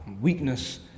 weakness